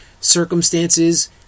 circumstances